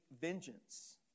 vengeance